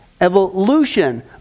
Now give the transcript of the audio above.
evolution